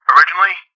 Originally